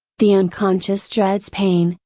the unconscious dreads pain,